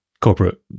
Corporate